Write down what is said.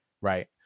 Right